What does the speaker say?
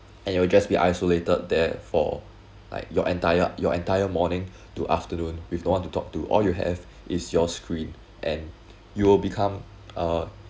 and it'll just be isolated there for like your entire your entire morning to afternoon with no one to talk to all you have is your screen and you will become uh